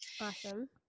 Awesome